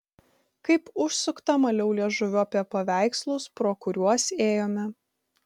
kaip užsukta maliau liežuviu apie paveikslus pro kuriuos ėjome